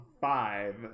five